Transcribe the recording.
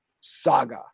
saga